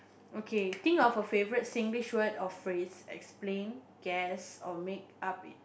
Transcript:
okay think of a favourite Singlish word or phrase explain guess or make up